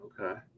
Okay